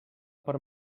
per